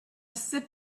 sip